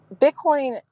Bitcoin